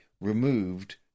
removed